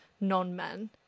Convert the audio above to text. non-men